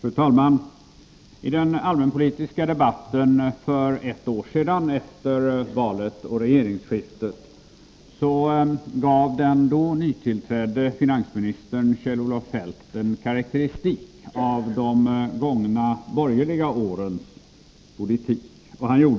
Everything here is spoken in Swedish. Fru talman! I den allmänpolitiska debatten för ett år sedan — efter valet och regeringsskiftet — gav den då nytillträdde finansministern Kjell-Olof Feldt en karakteristik av de då gångna borgerliga årens politik. Jag